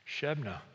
Shebna